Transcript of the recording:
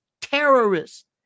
terrorist